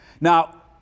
Now